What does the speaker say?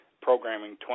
programming